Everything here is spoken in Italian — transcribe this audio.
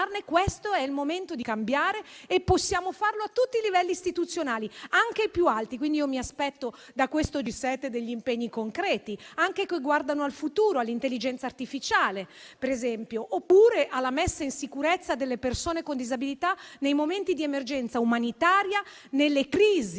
Questo è il momento di cambiare e possiamo farlo a tutti i livelli istituzionali, anche ai più alti. Mi aspetto quindi dal G7 degli impegni concreti, che guardino anche al futuro, all'intelligenza artificiale, per esempio, oppure alla messa in sicurezza delle persone con disabilità nei momenti di emergenza umanitaria, nelle crisi